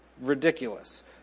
ridiculous